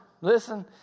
listen